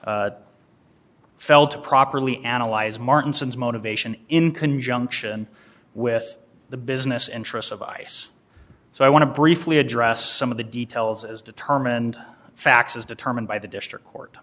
court fell to properly analyze martin says motivation in conjunction with the business interests of ice so i want to briefly address some of the details as determined facts as determined by the district court